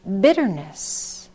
bitterness